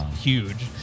huge